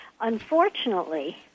Unfortunately